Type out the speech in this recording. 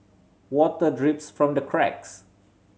water drips from the cracks